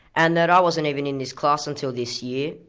and that i wasn't even in this class until this year,